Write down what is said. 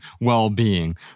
well-being